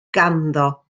ganddo